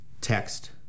text